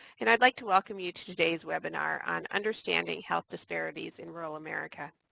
and i'd like to welcome you to today's webinar on understanding health disparities in rural america.